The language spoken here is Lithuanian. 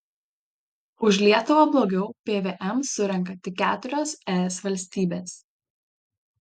už lietuvą blogiau pvm surenka tik keturios es valstybės